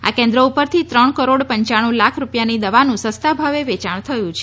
આ કેન્દ્રો ઉપરથી ત્રણ કરોડ પંચાણુ લાખ રૂપિયાની દવાનું સસ્તા ભાવે વેચાણ થયું છે